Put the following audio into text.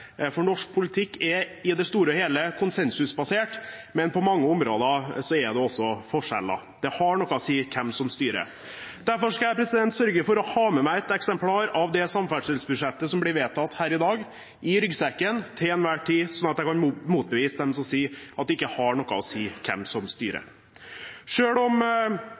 for norsk politikk er i det store og hele konsensusbasert, men på mange områder er det også forskjeller. Det har noe å si hvem som styrer! Derfor skal jeg sørge for å ha med meg et eksemplar av det samferdselsbudsjettet som blir vedtatt her i dag, i ryggsekken til enhver tid, sånn at jeg kan motbevise dem som sier at det ikke har noe å si hvem som styrer. Selv om